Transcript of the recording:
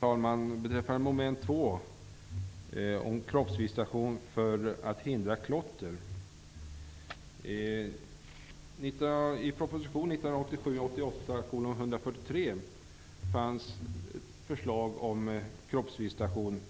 Herr talman! Mom. 2 behandlar kroppsvisitation för att hindra klotter. I proposition 1987/88:143 fanns förslag om kroppsvisitation